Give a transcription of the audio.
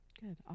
Good